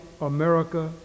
America